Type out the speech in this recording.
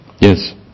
Yes